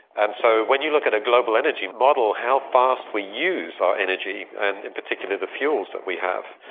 and so when you look at a global energy model, how fast we use our energy and in particular the fuels that we have.